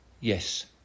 Yes